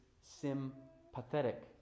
sympathetic